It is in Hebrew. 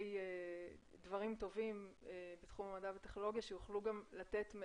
דברים טובים בתחום המדע והטכנולוגיה שיוכלו גם לתת,